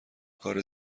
کار